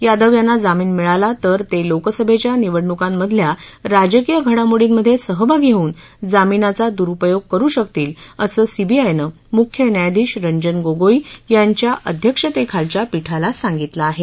यादव यांना जामीन मिळाला तर ते लोकसभेच्या निवडणुकांमधल्या राजकीय घडामोंडीमध्ये सहभागी होऊन जामीनाचा दुरूपयोग करू शकतील असं सीबीआयनं मुख्य न्यायाधीश रंजन गोगोई यांच्या अध्यक्षतेखालच्या पीठाला सांगितलं आहे